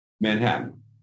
Manhattan